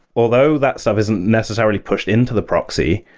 although that stuff isn't necessarily pushed into the proxy,